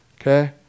Okay